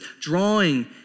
drawing